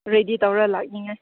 ready ꯇꯧꯔ ꯂꯥꯛꯅꯤꯡꯉꯥꯏ